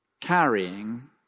carrying